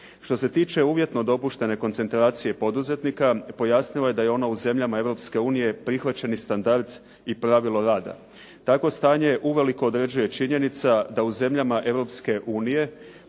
Što se tiče uvjetno dopuštene koncentracije poduzetnika pojasnila je da je ona u zemljama Europske unije prihvaćeni standard i pravilo rada. Takvo stanje uvelike određuje činjenica da u zemljama